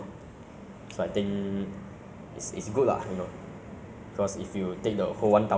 it's like not they purposely want to there lah they drop right so I think it's best to you return them lah